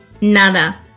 Nada